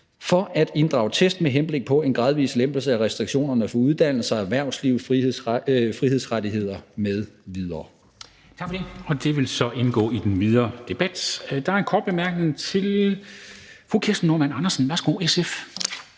for at inddrage tests med henblik på en gradvis lempelse af restriktionerne for uddannelser, erhvervsliv, frihedsrettigheder m.v.«